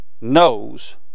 knows